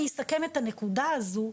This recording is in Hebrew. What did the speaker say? אני אסכם את הנקודה הזו,